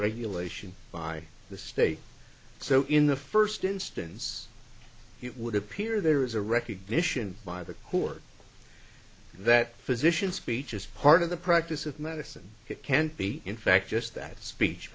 regulation by the state so in the first instance it would appear there is a recognition by the who're that physicians speech is part of the practice of medicine it can be infectious that speech